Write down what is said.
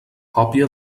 còpia